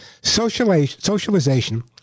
Socialization